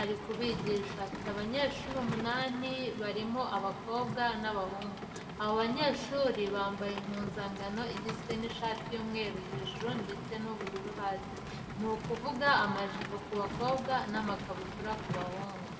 ari kubigisha. Afite abanyeshuri umunani barimo abakobwa n'abahungu. Abo banyeshuri bambaye impuzankano igizwe n'ishati y'umweru hejuru ndetse n'ubururu hasi, ni ukuvuga amajipo ku bakobwa n'amakabutura ku bahungu.